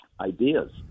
ideas